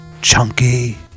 Chunky